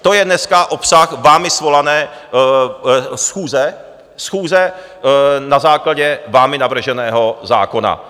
To je dneska obsah vámi svolané schůze schůze na základě vámi navrženého zákona.